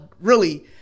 really-